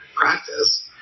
practice